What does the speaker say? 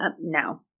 no